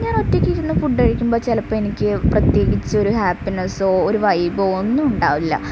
ഞാൻ ഒറ്റയ്ക്കിരുന്ന് ഫുഡ് കഴിക്കുമ്പോൾ ചിലപ്പോൾ എനിക്ക് പ്രത്യേകിച്ചൊരു ഹാപ്പിനെസ്സോ ഒരു വൈബോ ഒന്നും ഉണ്ടാവില്ല